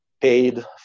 paid